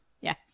Yes